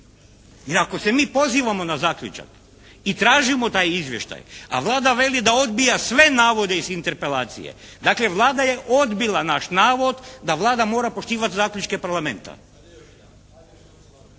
ako se mi pozivamo na zaključak i tražimo taj izvještaj, a Vlada veli da odbija sve navode iz Interpelacije, dakle Vlada je odbila naš navod da Vlada mora poštivati zaključke Parlamenta.